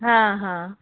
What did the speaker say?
हां हां